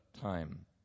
time